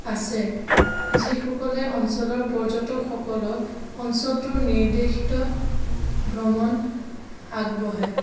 আছে যিসকলে অঞ্চলৰ পৰ্যটক সকলক অঞ্চলটোৰ নিৰ্দেশিত ভ্ৰমণ আগবঢ়ায়